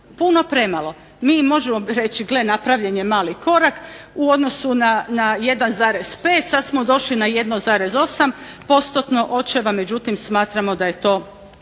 puno premalo. Mi možemo reći gle napravljen je mali korak u odnosu na 1,5 sad smo došli na 1,8% očeva, međutim smatramo da je to